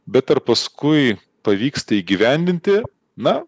bet ar paskui pavyksta įgyvendinti na